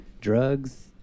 drugs